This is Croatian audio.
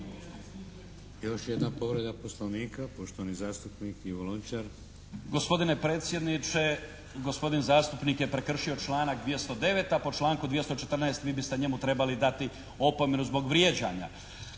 Još jedna povreda Poslovnika. Poštovani zastupnik Ivo Lončar.